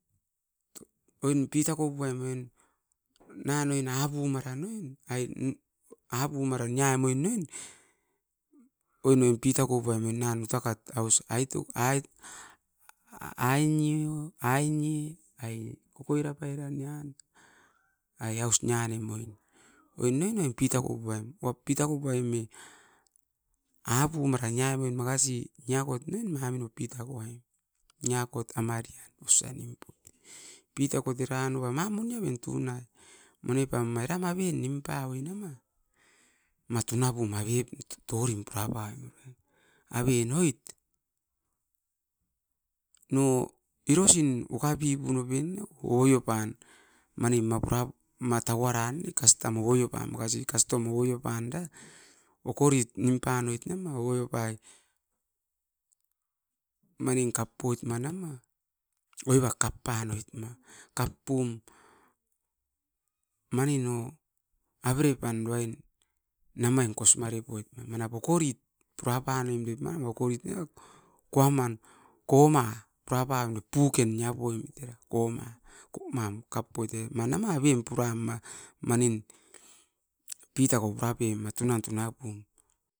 Oin pitaku piaim oin nan era apuiran na oin nianem o kokoiranian nianem. Niakot amariat osa ne, pitakut eranoa mam mone aven tunai. Mone pam eram aven nim pavoi na ma, ma tuna pum aven pura pavoim, no irosin ukapipuno en na? Ovoio pai kastam nim poit ne ma okori puran. Manin kapanoit ma na ma. Kap pum avere pan namain kosmare poit na ma. Puken pura pavoim koit ne. Mane era aven puran ma pitaku purapoim ma.